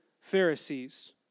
Pharisees